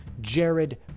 Jared